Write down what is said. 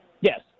Yes